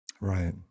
Right